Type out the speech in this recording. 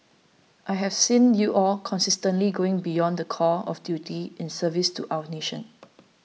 I have seen you all consistently going beyond the call of duty in service to our nation